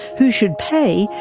who should pay,